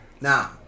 now